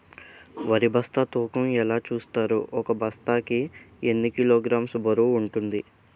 వరి బస్తా తూకం ఎలా చూస్తారు? ఒక బస్తా కి ఎన్ని కిలోగ్రామ్స్ బరువు వుంటుంది?